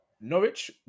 Norwich